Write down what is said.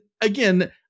again